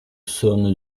sono